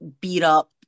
beat-up